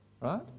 right